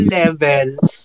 levels